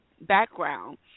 background